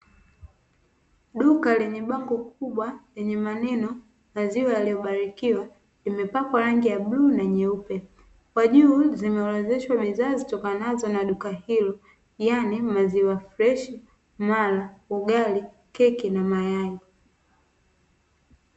Duka lenye bango kubwa lenye maneno “Maziwa yaliyobarikiwa “,imepakwa rangi ya bluu na nyeupe. Kwa juu zimeorodheshwa bidhaaa zitokanazo na duka hilo yani maziwafresh ,mara ,ugali ,keki na mayai.